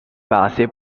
base